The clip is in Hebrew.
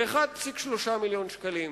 ל-1.3 מיליון שקלים.